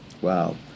Wow